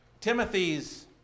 Timothy's